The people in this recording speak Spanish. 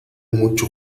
mucho